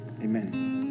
amen